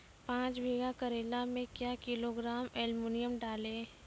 पाँच बीघा करेला मे क्या किलोग्राम एलमुनियम डालें?